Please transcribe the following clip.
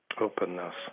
openness